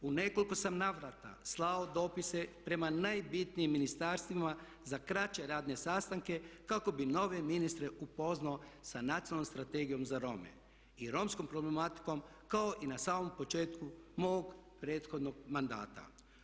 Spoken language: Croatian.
U nekoliko sam navrata slao dopise prema najbitnijim ministarstvima za kraće radne sastanke kako bi nove ministre upoznao sa Nacionalnom strategijom za Rome i romskom problematikom kao i na samom početku mog prethodnog mandata.